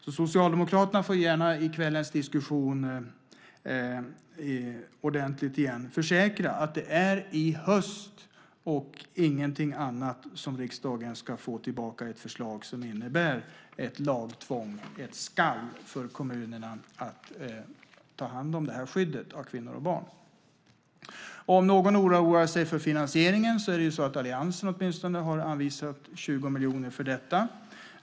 Socialdemokraterna får gärna i kvällens diskussion ordentligt igen försäkra att det är i höst och ingenting annat som riksdagen ska få tillbaka ett förslag som innebär ett lagtvång, att kommunerna skall ta hand om skyddet av kvinnor och barn. Om någon oroar sig för finansieringen kan jag tala om att alliansen har anvisat 20 miljoner för detta.